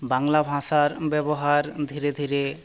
বাংলা ভাঁষার ব্যবহার ধীরে ধীরে